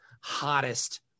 hottest